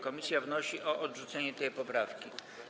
Komisja wnosi o odrzucenie tej poprawki.